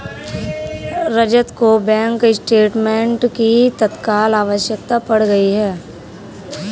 रजत को bank statement की तत्काल आवश्यकता पड़ गई है